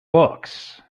books